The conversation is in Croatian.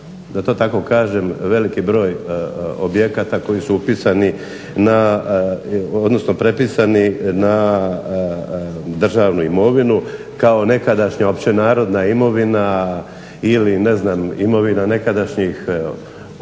da to tako kažem, veliki broj objekata koji su upisani na, odnosno prepisani na državnu imovinu kao nekadašnja općenarodna imovina ili ne znam imovina nekadašnjih odbora,